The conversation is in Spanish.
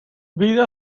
vida